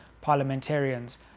parliamentarians